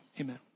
Amen